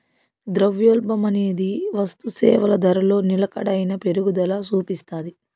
ద్రవ్యోల్బణమనేది వస్తుసేవల ధరలో నిలకడైన పెరుగుదల సూపిస్తాది